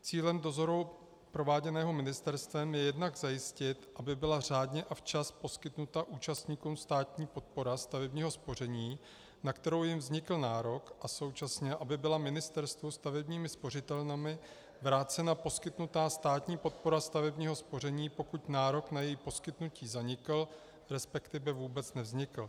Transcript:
Cílem dozoru prováděného ministerstvem je jednak zajistit, aby byla řádně a včas poskytnuta účastníkům státní podpora stavebního spoření, na kterou jim vznikl nárok, a současně, aby byla ministerstvu stavebními spořitelnami vrácena poskytnutá státní podpora stavebního spoření, pokud nárok na její poskytnutí zanikl, resp. vůbec nevznikl.